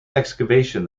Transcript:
excavation